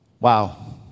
Wow